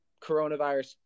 coronavirus